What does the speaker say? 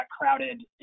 crowded